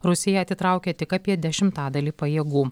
rusija atitraukė tik apie dešimtadalį pajėgų